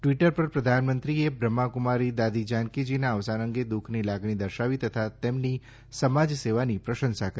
Twitter પર પ્રધાનમંત્રીએ બ્રહ્માકુમારી દાદી જાનકીજીના અવસાન અંગે દુઃખની લાગણી દર્શાવી તથા તેમની સમાજ સેવાની પ્રશંસા કરી